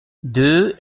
deux